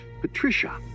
Patricia